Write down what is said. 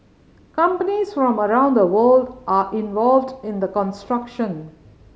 companies from around the world are involved in the construction